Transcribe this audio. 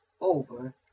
over